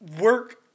work –